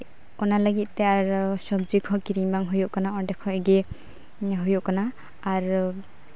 ᱚᱱᱟ ᱞᱟᱹᱜᱤᱫ ᱛᱮ ᱟᱨ ᱥᱚᱵᱽᱡᱤ ᱠᱚᱦᱚᱸ ᱠᱤᱨᱤᱧ ᱵᱟᱝ ᱦᱩᱭᱩᱜ ᱠᱟᱱᱟ ᱚᱸᱰᱮ ᱠᱷᱚᱱ ᱜᱮ ᱦᱩᱭᱩᱜ ᱠᱟᱱᱟ ᱟᱨ